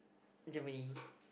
Germany